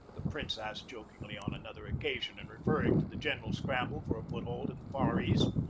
the prince asked jokingly on another occasion, in referring to the general scramble for a foothold in the far east.